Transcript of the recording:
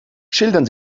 schildern